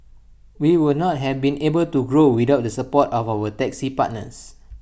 we would not have been able to grow without the support of our taxi partners